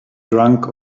drunk